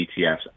ETFs